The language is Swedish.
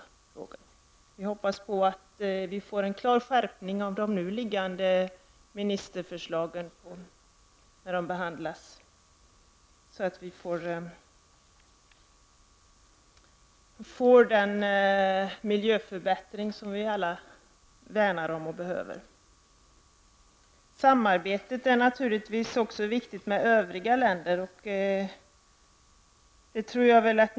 Jag hoppas att det blir en skärpning när de nu liggande ministerförslagen behandlas, så att det går att åstadkomma den miljöförbättring som vi alla värnar om och behöver. Samarbetet med övriga länder är naturligtvis också viktigt.